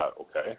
okay